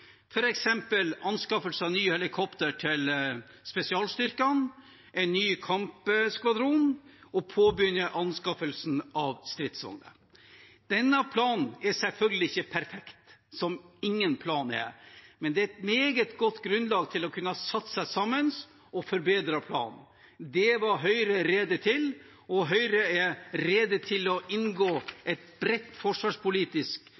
anskaffelse av nye helikoptre til spesialstyrkene, en ny kampskvadron og å påbegynne anskaffelsen av stridsvogner. Denne planen er selvfølgelig ikke perfekt, som ingen plan er, men den er et meget godt grunnlag for å kunne ha satt seg sammen og forbedret planen. Det var Høyre rede til, og Høyre er rede til å inngå et bredt forsvarspolitisk